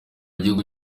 gihugu